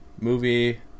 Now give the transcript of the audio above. movie